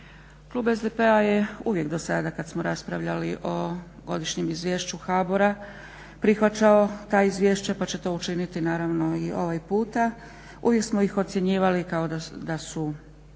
Klub SDP-a je uvijek do sada kad smo raspravljali o godišnjem izvješću HBOR-a prihvaćao ta izvješća, pa će to učiniti naravno i ovaj puta. Uvijek smo ih ocjenjivali kao da su